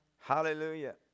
Hallelujah